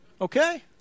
Okay